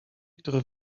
który